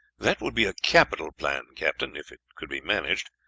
that would be a capital plan, captain, if it could be managed.